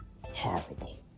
horrible